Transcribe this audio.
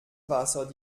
wasser